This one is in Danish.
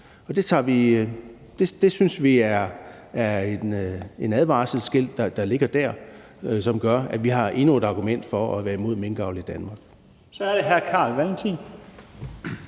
det synes vi er et advarselsskilt, som gør, at vi har endnu et argument for at være imod minkavl i Danmark. Kl. 11:39 Første